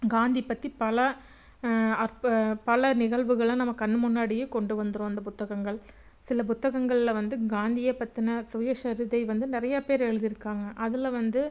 காந்தி பற்றி பல அற்பு பல நிகழ்வுகளில் நம்ம கண்ணு முன்னாடியே கொண்டு வந்துரும் அந்த புத்தகங்கள் சில புத்தகங்களில் வந்து காந்திய பற்றின சுயசரிதை வந்து நிறைய பேர் எழுதிருக்காங்கள் அதில் வந்து